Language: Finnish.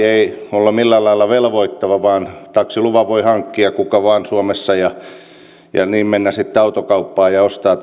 ei ole millään lailla velvoittava vaan taksiluvan voi hankkia kuka vain suomessa ja niin mennä sitten autokauppaan ja ostaa